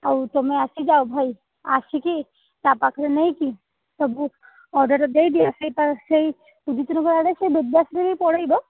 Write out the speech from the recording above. ଆଉ ତମେ ଆସିଯାଅ ଭାଇ ଆସିକି ତା ପାଖରେ ନେଇକି ସବୁ ଅର୍ଡ଼ର ଦେଇଦିଅ ସେଇ ଉଦିତନଗର ଆଡ଼େ ସେଇ ବେଦବ୍ୟାସ ଦେଇକି ପଳେଇବ